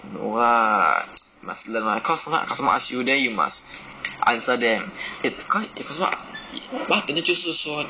no lah must learn [one] cause sometime a customer ask you then you must answer them if cause if customer if bartender 就是说